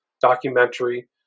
documentary